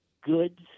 goods